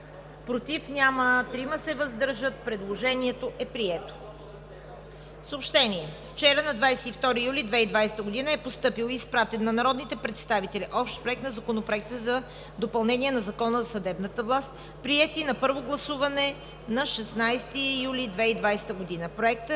против няма, въздържали се 3. Предложението е прието. Съобщение: Вчера, на 22 юли 2020 г., е постъпил и изпратен на народните представители Общ проект на законопроекти за допълнение на Закона за съдебната власт, приети на първо гласуване на 16 юли 2020 г. Проектът